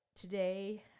today